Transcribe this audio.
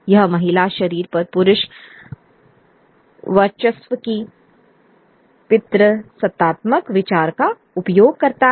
यह महिला शरीर पर पुरुष वर्चस्व की पितृसत्तात्मक विचार का उपयोग करता है